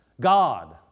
God